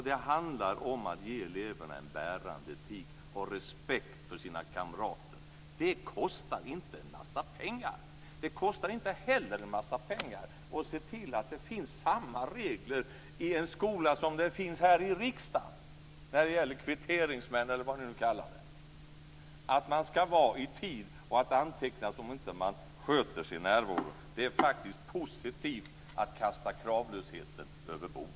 Det handlar om att ge eleverna en bärande etik och respekt för sina kamrater. Det kostar inte en massa pengar! Det kostar inte heller en massa pengar att se till att det finns samma regler i en skola som det finns i riksdagen - kvitteringsmän eller vad de nu kan kallas. Man ska komma i tid och antecknas om man inte sköter sin närvaro. Det är faktiskt positivt att kasta kravlösheten överbord.